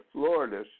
Florida